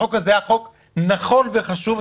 שהחוק הזה היה חוק נכון וחשוב.